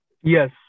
Yes